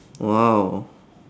!wow!